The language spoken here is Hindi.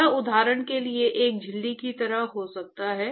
यह उदाहरण के लिए एक झिल्ली की तरह हो सकता है